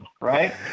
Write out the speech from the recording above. right